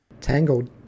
tangled